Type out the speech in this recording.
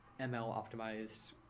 ML-optimized